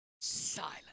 silent